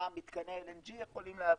מה מתקני LNG יכולים להביא,